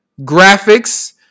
graphics